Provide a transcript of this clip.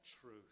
truth